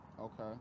Okay